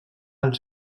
els